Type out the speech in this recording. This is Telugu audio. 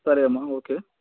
సరే అమ్మ ఓకే